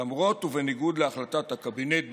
למרות ובניגוד להחלטת הקבינט בנושא,